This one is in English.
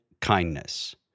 kindness